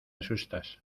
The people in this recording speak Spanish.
asustas